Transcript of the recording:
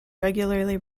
regularly